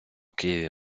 києві